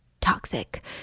toxic